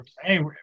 Hey